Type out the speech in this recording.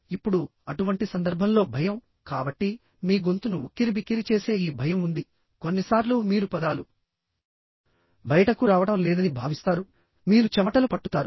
ఇప్పుడు అటువంటి సందర్భంలో భయం కాబట్టి మీ గొంతును ఉక్కిరిబిక్కిరి చేసే ఈ భయం ఉంది కొన్నిసార్లు మీరు పదాలు బయటకు రావడం లేదని భావిస్తారు మీరు చెమటలు పట్టుతారు